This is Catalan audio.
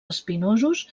espinosos